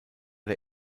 der